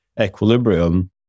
equilibrium